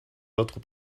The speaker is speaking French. votre